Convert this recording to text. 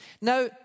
now